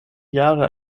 jahre